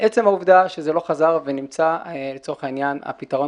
עצם העובדה שזה לא חזר ונמצא לצורך העניין הפתרון